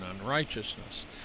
unrighteousness